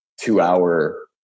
two-hour